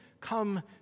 come